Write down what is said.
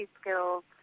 skills